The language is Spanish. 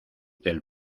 del